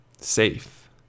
safe